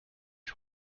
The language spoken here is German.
ich